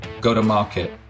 go-to-market